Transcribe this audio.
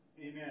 Amen